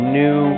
new